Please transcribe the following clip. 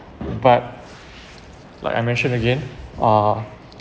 but like I mention again uh